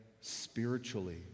spiritually